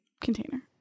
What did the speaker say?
container